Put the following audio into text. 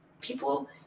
People